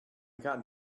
got